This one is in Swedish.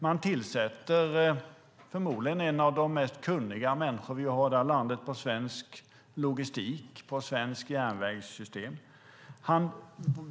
Man tillsätter en av de mest kunniga människor vi har i landet när det gäller svensk logistik, svenska järnvägssystem.